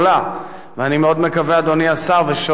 ושואל: האם לקראת תקציב 2013 אתם